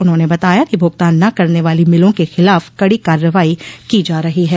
उन्होंने बताया कि भूगतान न करने वाली मिलों के खिलाफ कड़ी कार्रवाई की जा रही है